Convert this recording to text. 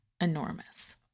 enormous